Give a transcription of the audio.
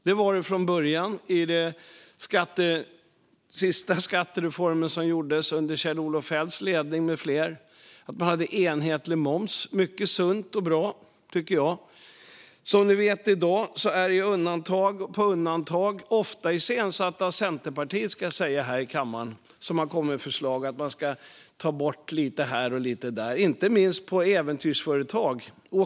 Så var det från början i den sista skattereform som gjordes under ledning av Kjell-Olof Feldt med flera. Då hade man enhetlig moms. Det är mycket sunt och bra, tycker jag. Som ni vet är det i dag undantag på undantag, ofta iscensatta av Centerpartiet, som i kammaren har kommit med förslag om att ta bort lite här och lite där, inte minst när det gäller äventyrsföretag.